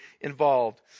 involved